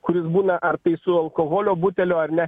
kuris būna ar su alkoholio buteliu ar ne